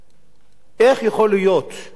איך יכול להיות שהתנחלויות,